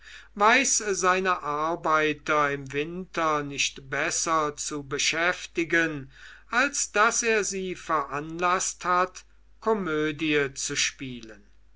weiß seine arbeiter im winter nicht besser zu beschäftigen als daß er sie veranlaßt hat komödie zu spielen